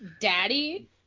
daddy